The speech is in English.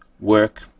work